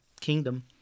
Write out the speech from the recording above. kingdom